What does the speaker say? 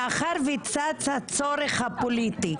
מאחר שצץ הצורך הפוליטי,